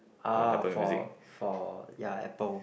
ah for for ya apple